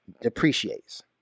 depreciates